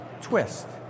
Twist